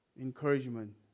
encouragement